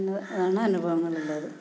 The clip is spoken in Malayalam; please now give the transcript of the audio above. ഇതാണ് അനുഭവങ്ങളിലുള്ളത്